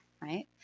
right